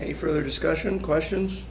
a further discussion questions